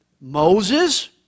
Moses